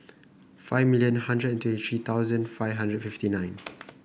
five million hundred and twenty three thousand five hundred fifty nine